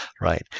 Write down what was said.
right